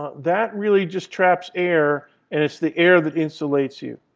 that really just traps air and it's the air that insulates you.